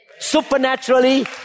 Supernaturally